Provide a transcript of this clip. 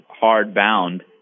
hard-bound